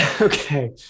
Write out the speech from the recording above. okay